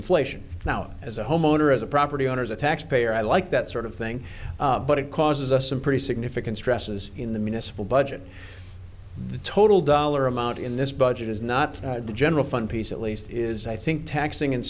inflation now as a homeowner as a property owners a tax payer i like that sort of thing but it causes us some pretty significant stresses in the municipal budget the total dollar amount in this budget is not the general fun piece at least is i think axing and